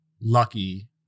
lucky